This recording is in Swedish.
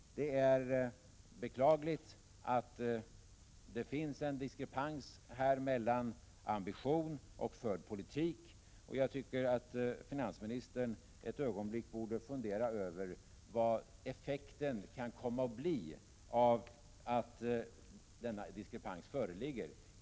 Det är beklagligt att det här finns en diskrepans mellan ambition och förd politik. Jag tycker att finansministern borde fundera ett ögonblick över vad effekten kan komma att bli av att denna diskrepans föreligger.